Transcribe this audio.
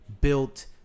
built